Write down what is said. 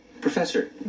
Professor